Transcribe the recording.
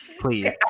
Please